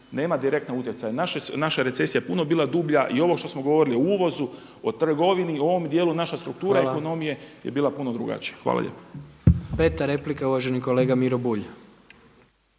nema direktne utjecaje. Naša recesija je puno bila dublja i ovo što smo govorili o uvozu, o trgovini, o ovom djelu naše struktura ekonomije je bila puno drugačija. Hvala lijepo. **Jandroković, Gordan